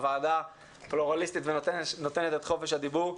הוועדה פלורליסטית ונותנת את חופש הדיבור.